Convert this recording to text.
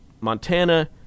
Montana